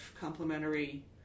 complementary